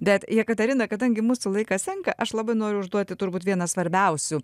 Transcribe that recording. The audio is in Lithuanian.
bet jekaterina kadangi mūsų laikas senka aš labai noriu užduoti turbūt vieną svarbiausių